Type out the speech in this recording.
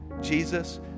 Jesus